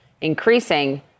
increasing